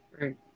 Right